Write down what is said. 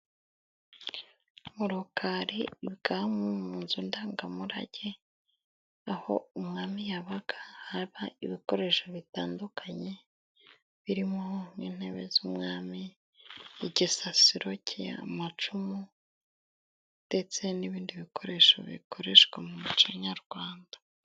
Mu rukari ibwami munzu ndangamurage aho umwami yabaga haba ibikoresho bitandukanye birimo nk'intebe z'umwami, igisasiro cye, amacumu, ndetse n'ibindi bikoresho bikoreshwa mu muco nyarwanda.